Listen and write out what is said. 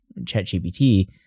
ChatGPT